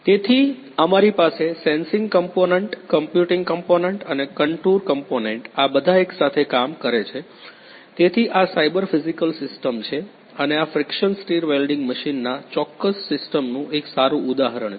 તેથી અમારી પાસે સેન્સિંગ કમ્પોનન્ટ કમ્પ્યુટિંગ કમ્પોનન્ટ અને કન્ટુર કમ્પોનેન્ટ આ બધા એકસાથે કામ કરે છે તેથી આ સાયબર ફિઝિકલ સિસ્ટમ છે અને આ ફ્રિકશન સ્ટિર વેલ્ડિંગ મશીન આ ચોક્કસ સિસ્ટમનું એક સારું ઉદાહરણ છે